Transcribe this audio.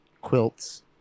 quilts